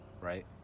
Right